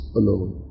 alone